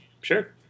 Sure